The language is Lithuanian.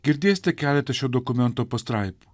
girdės tik keletą šio dokumento pastraipų